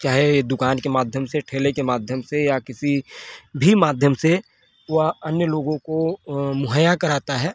चाहे दुकान के माध्यम से ठेले के माध्यम से या किसी भी माध्यम से वह अन्य लोगों को मुहैया कराता है